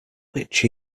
which